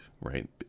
right